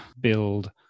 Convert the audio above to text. build